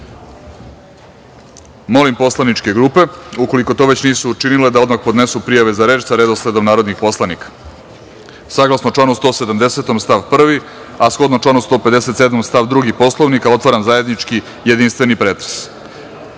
dug. Molim poslaničke grupe, ukoliko to već nisu učinile, da odmah podnesu prijave za reč sa redosledom narodnih poslanika. Saglasno članu 170. stav 1, a shodno članu 157. stav 2. Poslovnika, otvaram zajednički jedinstveni pretres. Da